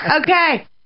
Okay